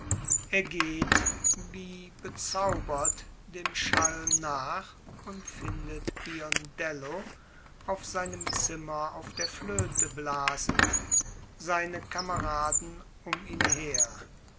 er geht wie bezaubert dem schall nach und findet biondello auf seinem zimmer auf der flöte blasend seine kameraden um ihn her